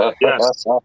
Yes